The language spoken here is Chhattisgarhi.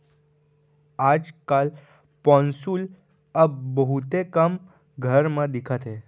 आज काल पौंसुल अब बहुते कम घर म दिखत हे